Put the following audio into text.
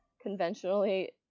conventionally